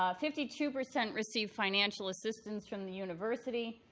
ah fifty two percent received financial assistance from the university,